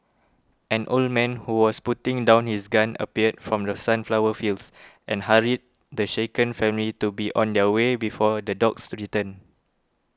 an old man who was putting down his gun appeared from the sunflower fields and hurried the shaken family to be on their way before the dogs return